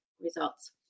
results